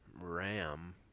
ram